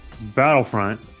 Battlefront